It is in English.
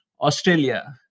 Australia